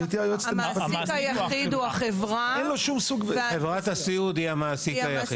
המעסיק היחיד הוא חברת הסיעוד.